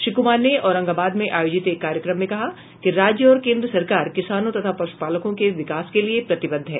श्री कुमार ने औरंगबाद में आयोजित एक कार्यक्रम में कहा कि राज्य और केंद्र सरकार किसानों तथा पशुपालकों के विकास के लिए प्रतिबद्ध हैं